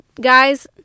Guys